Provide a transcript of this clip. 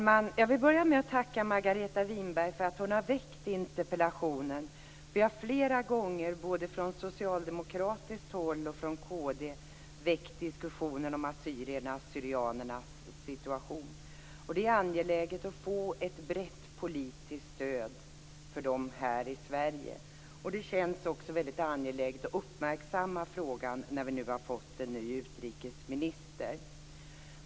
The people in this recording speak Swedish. Fru talman! Jag vill börja med att tacka Margareta Viklund för att hon har väckt interpellationen. Vi har flera gånger, både från socialdemokratiskt håll och från kd, väckt diskussionen om assyriernas/syrianernas situation. Det är angeläget att få ett brett politiskt stöd för dem här i Sverige. Det känns också väldigt angeläget att uppmärksamma frågan när vi nu har fått en ny utrikesminister.